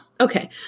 Okay